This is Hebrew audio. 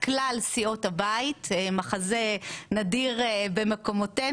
כלל סיעות הבית מחזה נדיר במקומותינו,